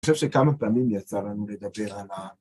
אני חושב שכמה פעמים יצא לנו לדבר על ה..